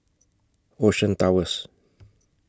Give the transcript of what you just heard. Ocean Towers